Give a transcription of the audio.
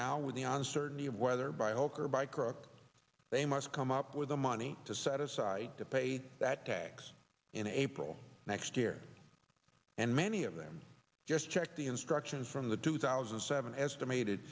now with the uncertainty of whether by hawk or by crook they must come up with the money to set aside to pay that tax in april next year and many of them just check the instructions from the two thousand and seven estimated